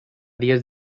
dies